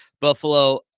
Buffalo